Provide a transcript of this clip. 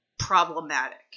Problematic